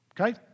Okay